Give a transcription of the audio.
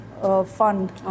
fund